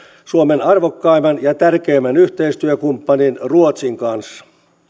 suomen arvokkaimman ja tärkeimmän yhteistyökumppanin ruotsin kanssa